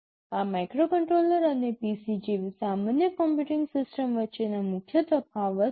આ માઇક્રોકન્ટ્રોલર અને PC જેવી સામાન્ય કમ્પ્યુટિંગ સિસ્ટમ વચ્ચેના મુખ્ય તફાવત છે